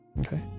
Okay